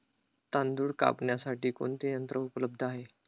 तांदूळ कापण्यासाठी कोणते यंत्र उपलब्ध आहे?